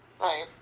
Right